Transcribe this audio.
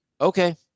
Okay